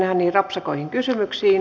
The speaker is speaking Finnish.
arvoisa puhemies